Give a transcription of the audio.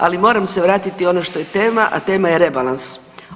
Ali moram se vratiti ono što je tema, a tema je rebalans.